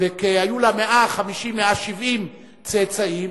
והיו לה 150, 170 צאצאים.